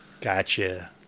Gotcha